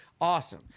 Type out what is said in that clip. awesome